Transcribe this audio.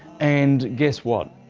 and guess what?